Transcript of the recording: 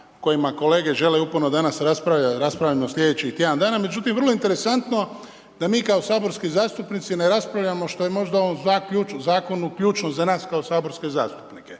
kojima kolege žele uporno danas raspravljati, raspravljamo sljedećih tjedan dana. Međutim, vrlo je interesantno da mi kao saborski zastupnici, ne raspravljamo, što je možda u ovom Zakonu ključno za nas kao saborske zastupnike.